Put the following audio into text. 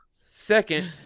Second